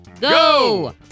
go